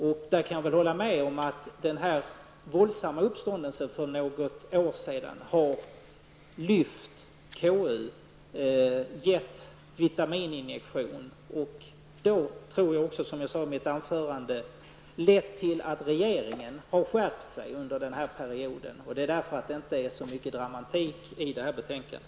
Jag kan hålla med om att den våldsamma uppståndelsen för några år sedan har lyft KU och givit KU en vitamininjektion. Det torde, som jag sade i mitt tidigare anförande, har lett till att regeringen har skärpt sig under denna period. Därför är det inte så mycken dramatik i detta betänkande.